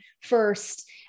first